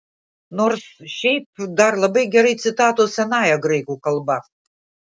nors šiaip dar labai gerai citatos senąja graikų kalba